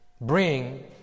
bring